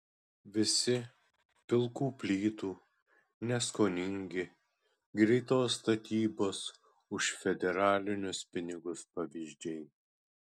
visi pilkų plytų neskoningi greitos statybos už federalinius pinigus pavyzdžiai